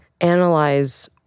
analyze